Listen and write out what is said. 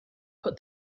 put